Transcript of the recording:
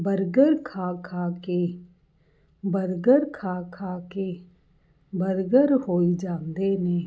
burger ਖਾ ਖਾ ਕੇ ਬਰਗਰ ਖਾ ਖਾ ਕੇ ਬਰਗਰ ਹੋਈ ਜਾਂਦੇ ਨੇ